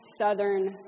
Southern